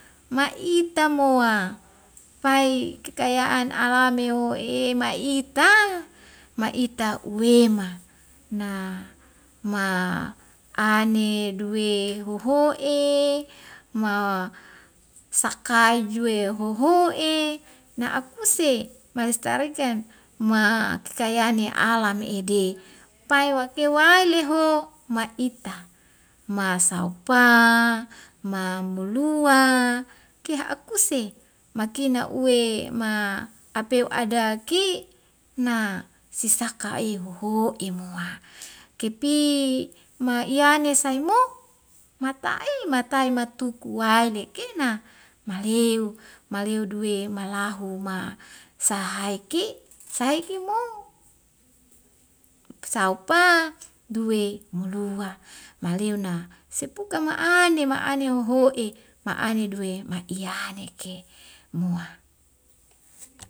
Ma`ita moa pai kekayan alameo emai ita maita uwema na ma ane duwe hohoe ma sakai duwe hohoe naakuse malestarikan ma kekayaane alam ede, pai wake waileho maaita masau pa, ma mulua, ekh kuse makena uwe ma apeu adaki na si sakahi hohoe moa kepi maiyane saimo matae matai matuku waidekena maleu maleuduwe malahuma sahaike, sahaikemo saupa dwe molua maleuna sapuka ma ane ma ane hohoe m ande duwe maiyaneke moa.